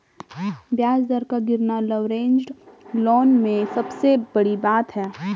ब्याज दर का गिरना लवरेज्ड लोन में सबसे बड़ी बात है